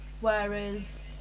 whereas